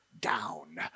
down